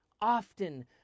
often